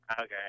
Okay